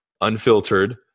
unfiltered